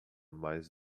mais